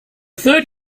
third